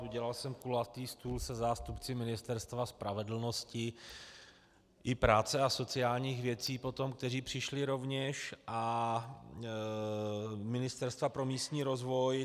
Udělal jsem kulatý stůl se zástupci Ministerstva spravedlnosti i práce a sociálních věcí potom, kteří přišli rovněž, a Ministerstva pro místní rozvoj.